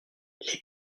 les